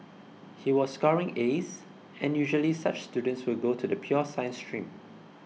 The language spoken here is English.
he was scoring As and usually such students will go to the pure science stream